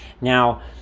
Now